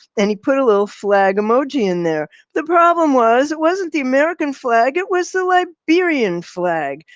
and he put a little flag emoji in there. the problem was, it wasn't the american flag. it was the liberian flag.